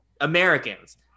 Americans